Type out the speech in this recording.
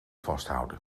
vasthouden